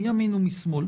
מימין ומשמאל.